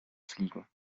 fliegen